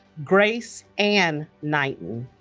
grace anne knighton